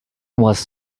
was